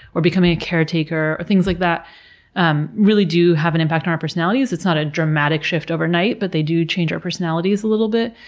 or becoming a caretaker, things like that um really do have an impact on our personalities. it's not a dramatic shift overnight, but they do change our personalities a little bit.